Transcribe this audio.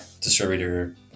distributor